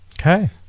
Okay